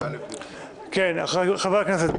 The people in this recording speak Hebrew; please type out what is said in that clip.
חברי הכנסת,